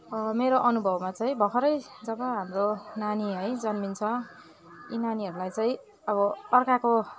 अब मेरो अनुभवमा चाहिँ भर्खरै जब हाम्रो नानी है जन्मिन्छ यी नानीहरूलाई चाहिँ अब अर्काको